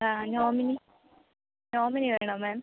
ആ nominee nominee വേണോ മാം